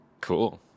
Cool